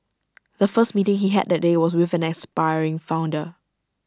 the first meeting he had that day was with an aspiring founder